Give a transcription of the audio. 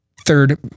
third